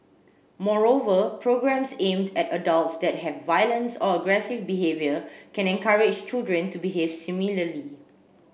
moreover programmes aimed at adults that have violence or aggressive behaviour can encourage children to behave similarly